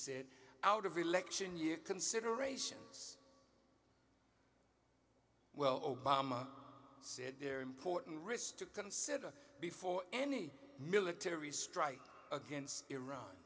said out of election year considerations well obama said there important risks to consider before any military strike against iran